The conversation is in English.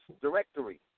directory